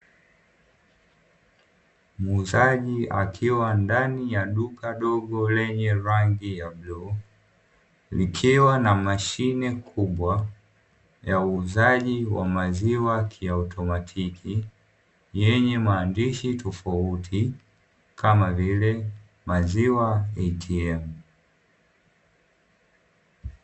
Muuzaji akiwa ndani ya duka dogo lenye rangi ya bluu, likiwa na mashine kubwa ya uuzaji wa maziwa kiautomatiki yenye maandishi tofauti kama vile “maziwa ATM”.